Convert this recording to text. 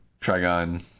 Trigon